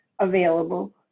available